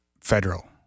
federal